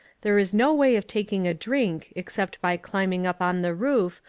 there is no way of taking a drink except by climbing up on the roof,